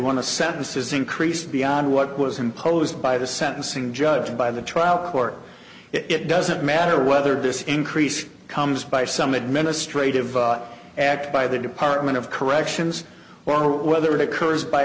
the sentences increase beyond what was imposed by the sentencing judge by the trial court it doesn't matter whether this increase comes by some administrative act by the department of corrections or whether it occurs by